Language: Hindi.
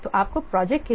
तो आपके प्रोजेक्ट के लिए